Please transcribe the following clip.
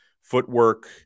footwork